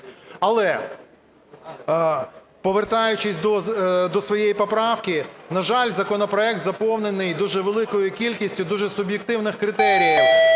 Але, повертаючись до своєї поправки, на жаль, законопроект заповнений дуже великою кількістю дуже суб'єктивних критеріїв,